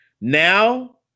Now